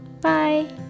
Bye